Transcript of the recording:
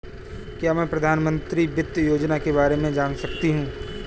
क्या मैं प्रधानमंत्री वित्त योजना के बारे में जान सकती हूँ?